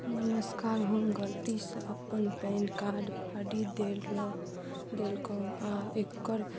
नमस्कार हम गलतीसँ अपन पैन कार्ड फाड़ि देलहुँ देलहुँ आओर एकर